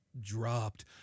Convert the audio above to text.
dropped